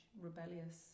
rebellious